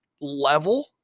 level